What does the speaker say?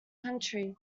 country